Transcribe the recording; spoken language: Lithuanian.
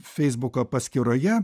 feisbuko paskyroje